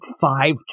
five